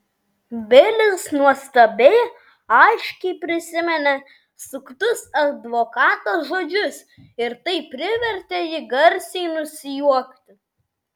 bilis nuostabiai aiškiai prisiminė suktus advokato žodžius ir tai privertė jį garsiai nusijuokti